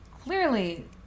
clearly